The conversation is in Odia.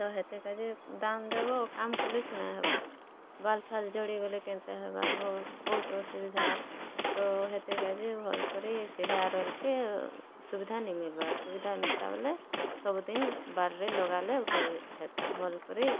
ତ ହେଥିର୍ କା'ଯେ ଦାମ୍ ଦେବ କାମ୍ କଲେ ସିନା ହେବା ବାଲ୍ଫାଲ୍ ଝଡ଼ି ଗଲେ କେନ୍ତା ହେବା ବହୁତ୍ ଅସୁବିଧା ତ ହେଥିର୍ କା'ଯେ ଭଲ୍ କରି ସେ ହେୟାର୍ ଅଏଲ୍ କେ ସୁବିଧା ନାଇଁ ମିଲବାର୍ ସୁବିଧା ମିଲ୍ତା ବେଲେ ସବୁଦିନ୍ ବାଲ୍ରେ ଲଗାଲେ ଭଲ୍ ହେତା ଭଲ୍ କରି